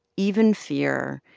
even fear,